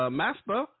master